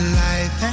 life